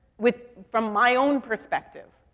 with from my own perspective.